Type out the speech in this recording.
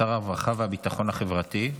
לשר הרווחה והביטחון החברתי,